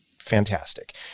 fantastic